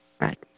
Right